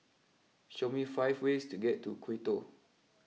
show me five ways to get to Quito